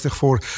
voor